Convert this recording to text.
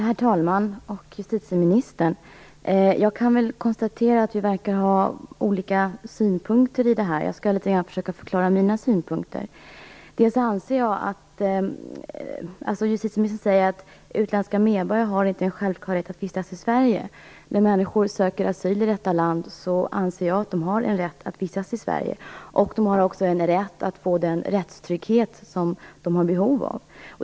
Herr talman! Justitieministern! Jag kan konstatera att vi verkar ha olika synpunkter i det här ärendet. Jag skall försöka förklara mina synpunkter litet grand. Justitieministern säger att utländska medborgare inte har en självklar rätt att vistas i Sverige. När människor söker asyl i detta land anser jag att de har rätt att vistas i Sverige. De har också rätt att få den rättstrygghet som de har behov av.